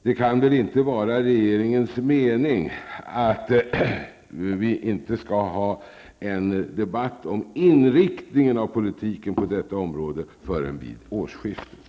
Det kan väl inte vara regeringens mening att vi inte skall ha en debatt om inriktningen av politiken på detta område förrän vid årsskiftet?